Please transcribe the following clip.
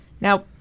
Now